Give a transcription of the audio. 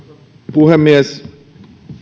puhemies